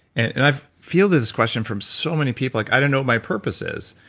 and and i've fielded this question from so many people, like i don't know what my purpose is.